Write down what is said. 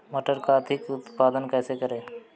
मटर का अधिक उत्पादन कैसे करें?